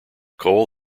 coal